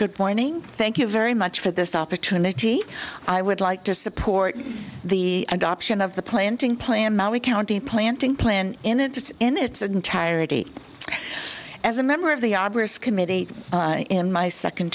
good pointing thank you very much for this opportunity i would like to support the adoption of the planting plan now we county planting plan in its in its entirety as a member of the obvious committee in my second